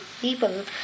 people